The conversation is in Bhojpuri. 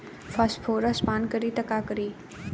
फॉस्फोरस पान करी त का करी?